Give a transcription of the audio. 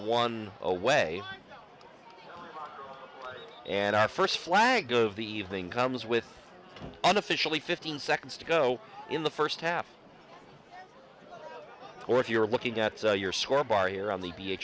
one away and our first flag of the evening comes with an officially fifteen seconds to go in the first half or if you're looking at your score bar here on the